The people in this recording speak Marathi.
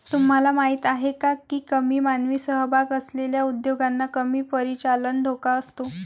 तुम्हाला माहीत आहे का की कमी मानवी सहभाग असलेल्या उद्योगांना कमी परिचालन धोका असतो?